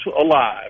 alive